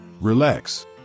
Relax